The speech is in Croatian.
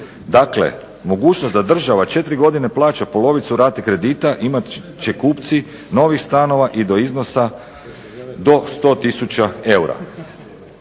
Dakle mogućnost da država 4 godine plaća polovicu rate kredita imat će kupci novih stanova i do iznosa do 100 tisuća eura.